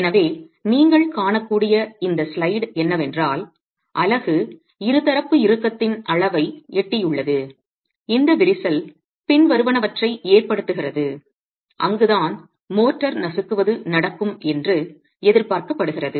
எனவே நீங்கள் காணக்கூடிய இந்த ஸ்லைடு என்னவென்றால் அலகு இருதரப்பு இறுக்கத்தின் அளவை எட்டியுள்ளது இந்த விரிசல் பின்வருவனவற்றை ஏற்படுத்துகிறது அங்குதான் மோர்ட்டார் நசுக்குவது நடக்கும் என்று எதிர்பார்க்கப்படுகிறது